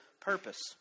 purpose